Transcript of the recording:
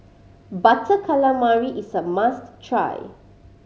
Butter Calamari is a must try